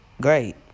great